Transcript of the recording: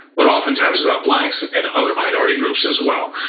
but oftentimes about blacks and other minority groups as well.